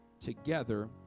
together